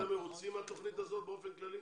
הזו באופן כללי?